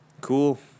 cool